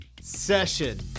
session